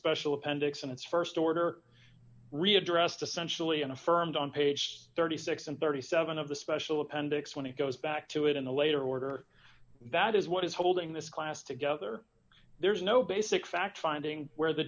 special appendix and its st order re addressed essentially and affirmed on page thirty six dollars thirty seven cents of the special appendix when it goes back to it in the later order that is what is holding this class together there's no basic fact finding where the